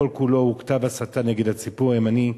כל-כולו כתב הסתה נגד הציבור הימני,